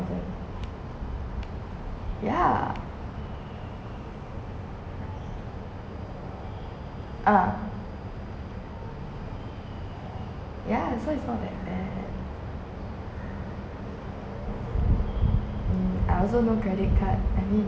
ya ah ya so it's not like that mm I also no credit card I mean